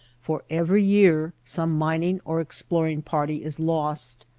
for every year some mining or explor ing party is lost.